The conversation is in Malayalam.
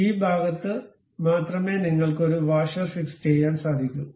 അതിനാൽ ഈ ഭാഗത്തു മാത്രമേ നിങ്ങൾക്ക് ഒരുവാഷർ ഫിക്സ് ചെയ്യാൻ സാധിക്കൂ